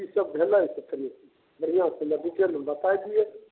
की सब भेलैसे कनी बढ़िऑं सऽ हमरा डिटेलमे बताइ दिअ